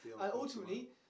ultimately